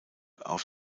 auf